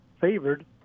favored